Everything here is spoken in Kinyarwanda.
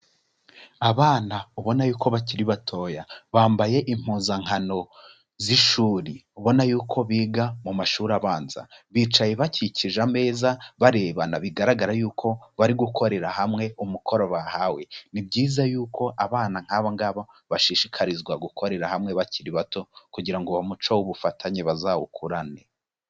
Abana ubona yuko bakiri batoya. Bambaye impuzankano z'ishuri. Ubona yuko biga mu mashuri abanza. Bicaye bakikije ameza, barebana. Bigaragara yuko bari gukorera hamwe umukoro bahawe. Ni byiza yuko abana nk'aba ngaba bashishikarizwa gukorera hamwe bakiri bato kugira ngo uwo muco w'ubufatanye bazawukurane.